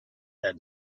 that